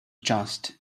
just